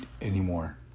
anymore